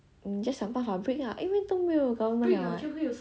你 just 想办法 break ah 因为都没有 government liao [what]